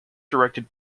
directed